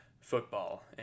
football